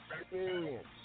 experience